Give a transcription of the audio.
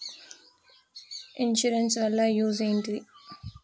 Insurance వాళ్ల use ఏంటిది?